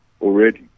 already